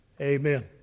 Amen